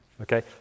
Okay